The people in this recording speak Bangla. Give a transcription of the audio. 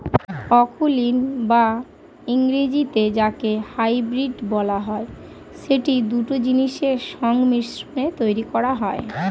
অকুলীন বা ইংরেজিতে যাকে হাইব্রিড বলা হয়, সেটি দুটো জিনিসের সংমিশ্রণে তৈরী করা হয়